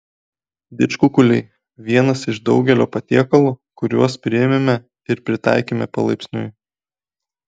didžkukuliai vienas iš daugelio patiekalų kuriuos priėmėme ir pritaikėme palaipsniui